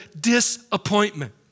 disappointment